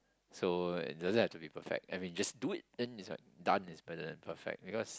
so it doesn't have to be perfect I mean just do it end is like done is better than perfect because